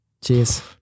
cheers